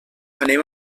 anem